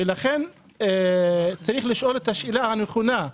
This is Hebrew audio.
ולכן יש לשאול את השאלה הנכונה,